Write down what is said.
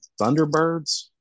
Thunderbirds